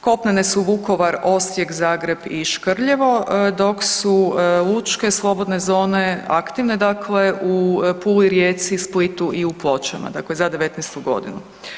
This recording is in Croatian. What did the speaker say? Kopnene su Vukovar, Osijek, Zagreb i Škrljevo, dok su lučke slobodne zone aktivne dakle u Puli, Rijeci, Splitu i u Pločama, dakle za '19.-tu godinu.